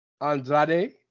Andrade